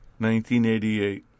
1988